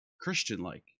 Christian-like